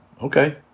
Okay